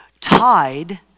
tied